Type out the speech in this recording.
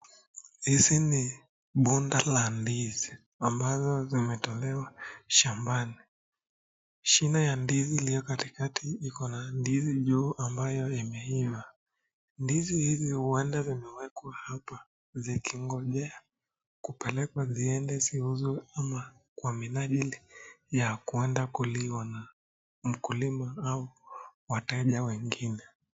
Hizi ni bunda la ndizi ambazo zimetolewa shambani. Shino ya ndizi iliyo katikati ikona ndizi juu ambayo imeiva. Ndizi hizi huenda zimewekwa hapa zikingojea kupelekwa ziende ziuzwe ama kwa minajili ya kuenda kuliwa na mkulima au wateja wengine.